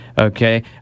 Okay